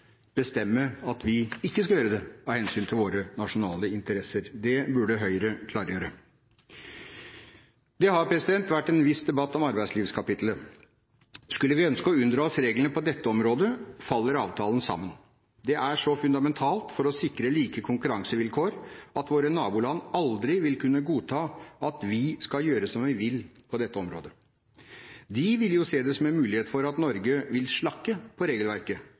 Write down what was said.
bestemme at vi ikke skal gjøre det? Det burde Høyre klargjøre. Det har vært en viss debatt om arbeidslivskapittelet. Skulle vi ønske å unndra oss reglene på dette området, faller avtalen sammen. Det er så fundamentalt for å sikre like konkurransevilkår at våre naboland aldri vil kunne godta at vi skal gjøre som vi vil på dette området. De ville jo se det som en mulighet for Norge til å slakke på regelverket,